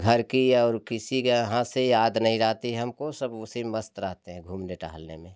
घर की और किसी के यहाँ से याद नहीं रहती हमको सब उसी में मस्त रहते हैं घूमने टहलने में